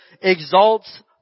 exalts